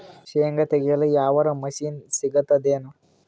ಶೇಂಗಾ ತೆಗೆಯಲು ಯಾವರ ಮಷಿನ್ ಸಿಗತೆದೇನು?